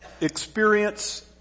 experience